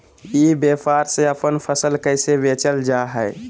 ई व्यापार से अपन फसल कैसे बेचल जा हाय?